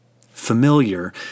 Familiar